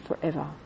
forever